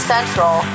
Central